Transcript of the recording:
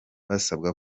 basabwa